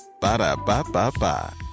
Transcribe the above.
Ba-da-ba-ba-ba